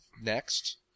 Next